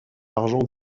argent